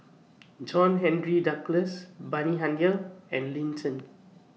John Henry Duclos Bani Haykal and Lin Chen